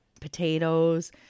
potatoes